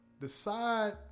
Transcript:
Decide